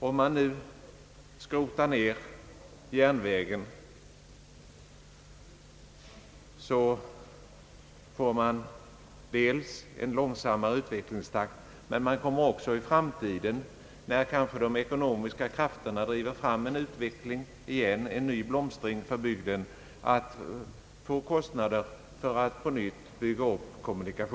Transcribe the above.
Om man nu skrotar ner järnvägen där, kommer denna utveckling att bromsas upp och gå långsammare. När den sedan skjuter fart måste man bygga upp kommunikationsnätet på nytt, vilket leder till en ny belastning och nya kostnader.